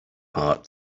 heart